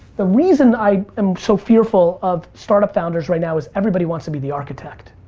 the reason i am so fearful of startup founders right now is everybody wants to be the architect.